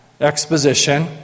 exposition